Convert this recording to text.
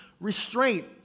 restraint